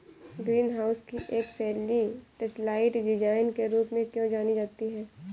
Green house की एक शैली डचलाइट डिजाइन के रूप में क्यों जानी जाती है?